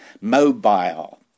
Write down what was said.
mobile